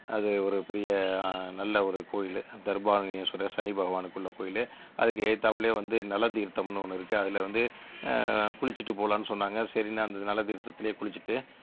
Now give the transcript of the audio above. அது ஒரு பெரிய நல்ல ஒரு கோவிலு தர்பாரண்யேஸ்வரர் சனி பகவானுக்குள்ள கோவிலு அதுக்கு எதுர்த்தாப்புலயே வந்து நள தீர்த்தம்னு ஒன்று இருக்குது அதில் வந்து குளிச்சுட்டு போகலான்னு சொன்னாங்க சரின்னு அந்த நள தீர்த்தத்துலேயே குளிச்சுட்டு